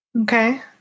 Okay